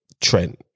Trent